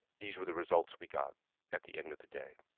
these were the results we got at the end of the day.